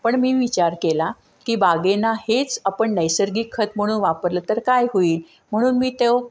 पण मी विचार केला की बागांना हेच आपण नैसर्गिक खत म्हणून वापरलं तर काय होईल म्हणून मी त्य